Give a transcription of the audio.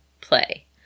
play